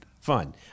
Fun